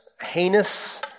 heinous